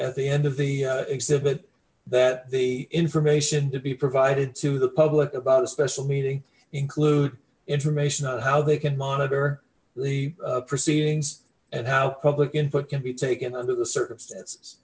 at the end of the exhibit that the information to be provided to the public about a special meeting include information on how they can monitor the proceedings and how public input can be taken under the circumstances